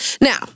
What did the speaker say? Now